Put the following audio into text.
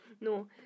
no